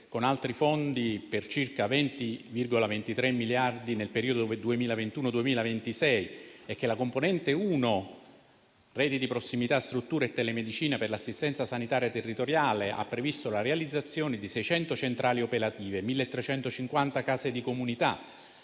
con altri fondi per circa 20,23 miliardi nel periodo 2021-2026; che la componente 1, reti di prossimità, strutture e telemedicina per l'assistenza sanitaria territoriale, ha previsto la realizzazione di 600 centrali operative, 1350 case di comunità